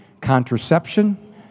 contraception